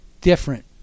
different